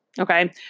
okay